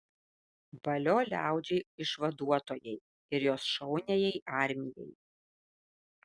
valio liaudžiai išvaduotojai ir jos šauniajai armijai